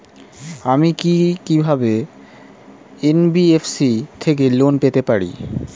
আমি কি কিভাবে এন.বি.এফ.সি থেকে লোন পেতে পারি?